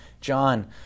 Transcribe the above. John